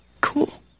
Cool